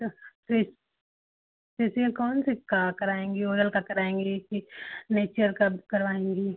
तोह फ़े फ़ेसिअल कौन से का कराएंगी लोरल का कराएंगी कि नेचर का करवाएंगी